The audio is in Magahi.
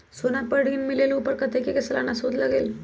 सोना पर जे ऋन मिलेलु ओपर कतेक के सालाना सुद लगेल?